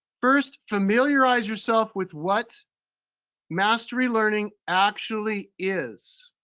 first, familiarize yourself with what mastery learning actually is,